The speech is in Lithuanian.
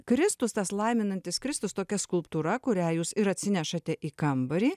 kristus tas laiminantis kristus tokia skulptūra kurią jūs ir atsinešate į kambarį